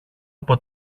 από